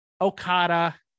Okada